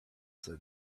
said